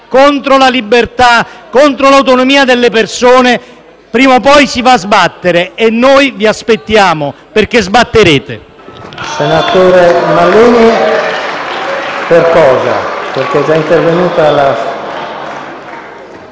contro la libertà e contro l’autonomia delle persone. Prima o poi si va a sbattere. E noi vi aspettiamo, perché sbatterete.